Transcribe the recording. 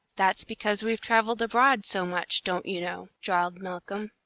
that's because we've travelled abroad so much, don't you know, drawled malcolm,